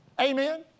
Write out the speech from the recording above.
amen